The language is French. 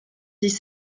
dix